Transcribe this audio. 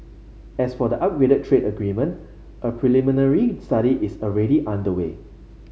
as for the upgraded trade agreement a preliminary study is already underway